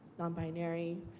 non binary,